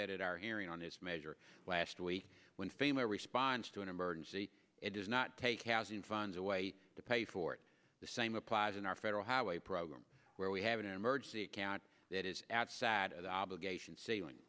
said our hearing on this measure last week when fame a response to an emergency it does not take housing funds away to pay for it the same applies in our federal highway program where we have an emergency account that is outside of obligation ceiling